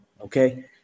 okay